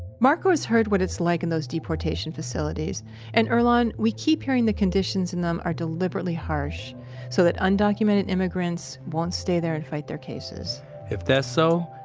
marco's heard what it's like in those deportation facilities and, earlonne, we keep hearing the conditions in them are deliberately harsh so that undocumented immigrants won't stay there and fight their cases if that's so,